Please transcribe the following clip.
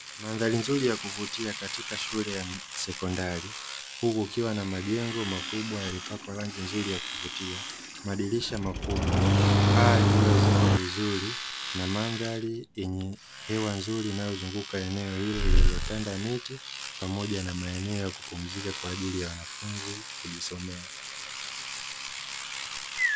Mandhari nzuri ya kuvutia katika shule ya sekondari, huku kukiwa na majengo makubwa yaliyopakwa rangi nzuri ya kuvutia, madirisha makubwa, paa lililoezekwa vizuri na mandhari yenye hewa nzuri inayozunguka eneo hilo lililotanda miti, pamoja na maeneo ya kupumzika kwa ajili ya wanafunzi kujisomea.